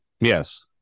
Yes